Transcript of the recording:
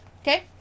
Okay